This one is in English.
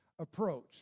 approach